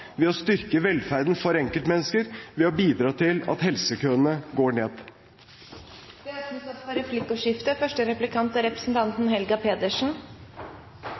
ved å styrke velferden for enkeltmennesker, ved å bidra til at helsekøene går ned. Det blir replikkordskifte. En av de kommunene som er